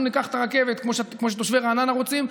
ניקח את הרכבת כמו שתושבי רעננה רוצים,